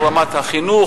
על רמת החינוך,